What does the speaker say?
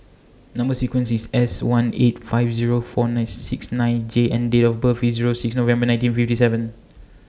Number sequence IS S one eight five Zero four six nine J and Date of birth IS Zero six November nineteen fifty seven